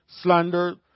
slander